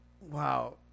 Wow